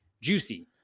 juicy